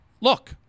look